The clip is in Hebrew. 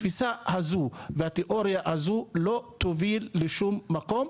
התפיסה הזו והתיאוריה הזו לא תוביל לשום מקום,